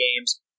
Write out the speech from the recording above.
Games